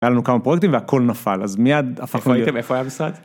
‫היה לנו כמה פרויקטים והכול נפל, ‫אז מייד הפכו... ‫איפה הייתם? איפה היה המשרד?